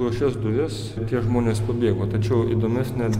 pro šias duris tie žmonės pabėgo tačiau įdomesnė